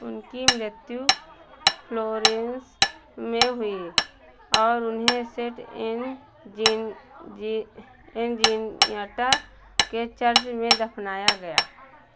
उनकी मृत्यु फ्लोरेन्स में हुई और उन्हें सेन्ट ऐनन्जियाटा के चर्च में दफ़नाया गया